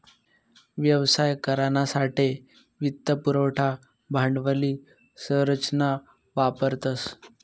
व्यवसाय करानासाठे वित्त पुरवठा भांडवली संरचना वापरतस